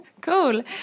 Cool